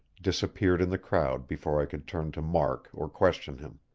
disappeared in the crowd before i could turn to mark or question him.